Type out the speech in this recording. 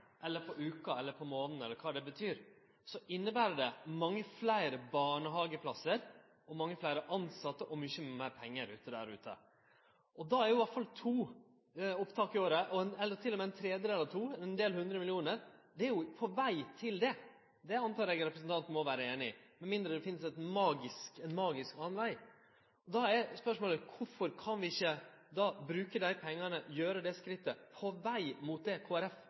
inneber det mange fleire barnehageplassar og mange fleire tilsette og mykje meir pengar der ute. Då er iallfall to opptak i året, eller til og med en tredjedel av to – ein del hundre millionar – på veg til det. Det antek eg representanten må vere einig i, med mindre det finst ein magisk annan veg. Då er spørsmålet: Kvifor kan vi ikkje bruke dei pengane og gjere det skrittet på veg mot det